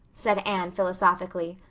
said anne philosophically.